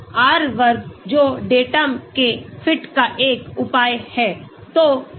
R वर्ग जो data के फिट का एक उपाय है